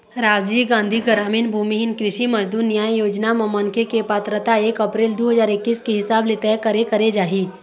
राजीव गांधी गरामीन भूमिहीन कृषि मजदूर न्याय योजना म मनखे के पात्रता एक अपरेल दू हजार एक्कीस के हिसाब ले तय करे करे जाही